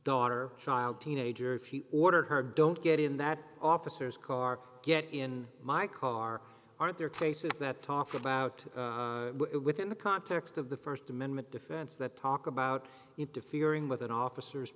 daughter child teenager if he ordered her don't get in that officer's car get in my car aren't there cases that talk about it within the context of the st amendment defense that talk about interfering with an officer